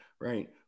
right